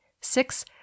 Six